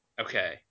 Okay